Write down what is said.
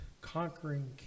conquering